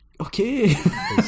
Okay